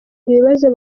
ibibazo